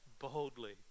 boldly